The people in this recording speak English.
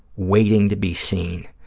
waiting to be seen.